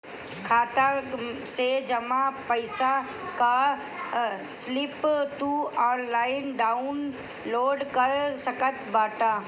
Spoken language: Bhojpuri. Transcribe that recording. खाता से जमा पईसा कअ स्लिप तू ऑनलाइन डाउन लोड कर सकत बाटअ